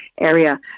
area